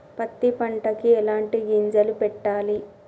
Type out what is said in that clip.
పత్తి పంటకి ఎలాంటి గింజలు పెట్టాలి?